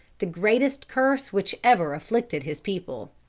the greatest curse which ever afflicted his people.